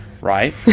Right